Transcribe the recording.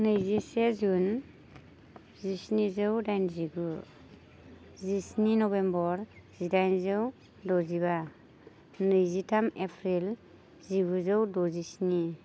नैजिसे जुन जिस्निजौ डाइनजिगु जिस्नि नबेम्बर जिडाइनजौ द'जिबा नैजिथाम एप्रिल जिगुजौ द'जिस्नि